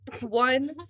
one